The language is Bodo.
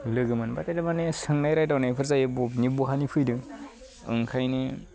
लोगो मोनबाथाय दा माने सोंनाय रायदाव नायफोर जायो बबेनि बहानि फैदों ओंखायनो